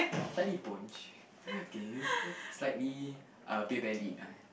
slightly punched okay slightly uh beer bellied